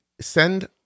send